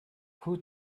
who